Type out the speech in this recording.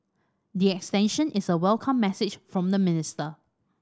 the extension is a welcome message from the minister